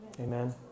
Amen